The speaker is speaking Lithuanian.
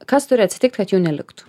kas turi atsitikt kad jų neliktų